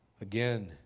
Again